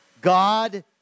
God